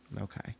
Okay